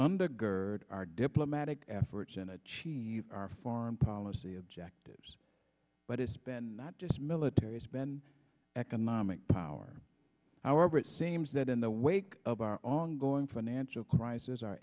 undergird our diplomatic efforts and achieve our foreign policy objectives but it's been not just military's been economic power however it seems that in the wake of our ongoing financial crisis our